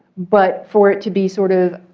but for it to be sort of